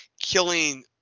killing